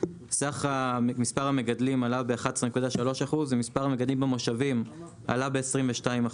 מספר המגדלים עלה ב-11.3% ומספר המגדלים במושבים עלה ב-22%.